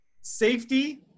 safety